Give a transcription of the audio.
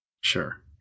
Sure